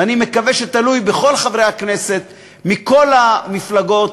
ואני מקווה שתלוי בכל חברי הכנסת מכל המפלגות,